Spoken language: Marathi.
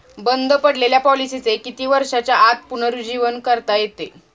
बंद पडलेल्या पॉलिसीचे किती वर्षांच्या आत पुनरुज्जीवन करता येते?